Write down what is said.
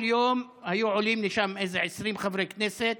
כל יום היו עולים לשם איזה 20 חברי כנסת,